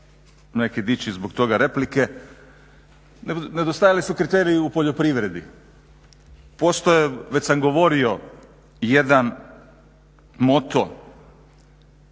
neki dići zbog toga replike, nedostajali su kriteriji u poljoprivredi, postoje, već sam govorio jedan moto